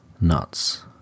Nuts